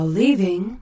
leaving